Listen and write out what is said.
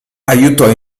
aiutò